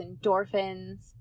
endorphins